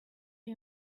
you